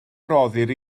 roddir